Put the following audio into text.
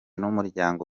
n’umuryango